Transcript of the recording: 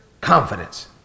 confidence